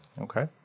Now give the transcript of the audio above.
Okay